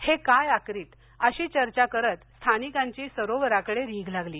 हे काय आक्रित अशी चर्चा करत स्थानिकांची सरोवराकडे रीघ लागली